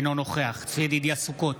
אינו נוכח צבי ידידיה סוכות,